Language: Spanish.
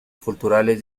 culturales